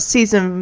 Season